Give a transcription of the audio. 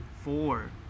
four